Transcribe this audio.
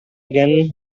again